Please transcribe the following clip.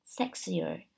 sexier